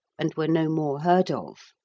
and were no more heard of.